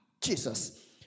Jesus